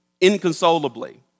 inconsolably